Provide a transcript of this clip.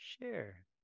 Share